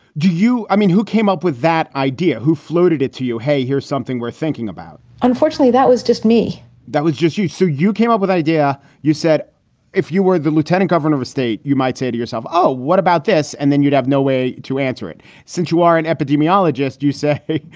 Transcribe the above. do you i mean, who came up with that idea? who floated it to you? hey, here's something we're thinking about unfortunately, that was just me that was just you. so you came up with idea. you said if you were the lieutenant governor of a state, state, you might say to yourself, oh, what about this? and then you'd have no way to answer it since you are an epidemiologist, you said.